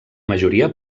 majoria